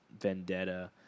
vendetta